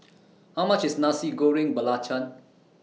How much IS Nasi Goreng Belacan